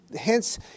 hence